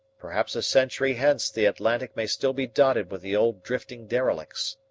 perhaps a century hence the atlantic may still be dotted with the old drifting derelicts.